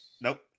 nope